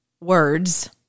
words